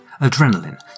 Adrenaline